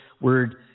word